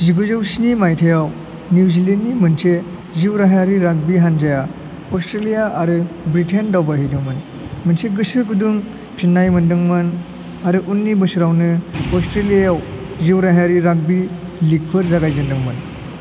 जिगुजौ स्नि मायथायाव न्यूजीलेण्डनि मोनसे जिउ राहायारि राग्बी हानजाया अस्ट्रेलिया आरो ब्रिटेन दावबायहैदोंमोन मोनसे गोसो गुदुं फिन्नाय मोन्दोंमोन आरो उन्नि बोसोरावनो अस्ट्रेलियाआव जिउराहायारि राग्बी लीगफोर जागाय जेनदोंमोन